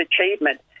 achievement